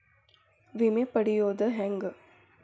ವಿಮೆ ಪಡಿಯೋದ ಹೆಂಗ್?